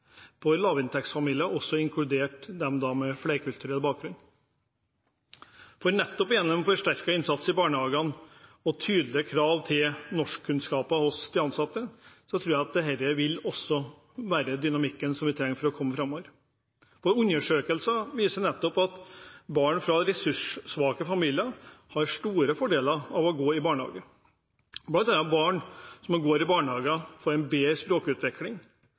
norskkunnskaper hos de ansatte vil være dynamikken som vi trenger for å komme framover. Undersøkelser viser nettopp at barn fra ressurssvake familier har store fordeler av å gå i barnehage. Barn som går i barnehagen, får en bedre